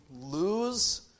lose